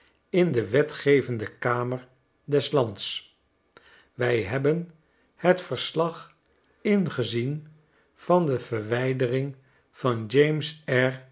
d e s lands wij hebben het verslag ingezien van de verwijdering van james